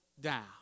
down